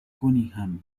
cunningham